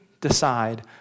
decide